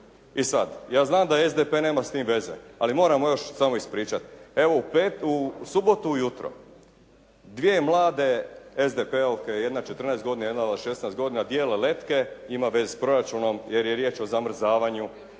I sada ja znam da SDP nema s tim veze, ali moram samo još ispričati. Evo u subotu u jutro, dvije mlade SDP-ovke jedna 14 godina, jedna od 16 godina dijele letke, ima veze s proračunom jer je riječ o zamrzavanju,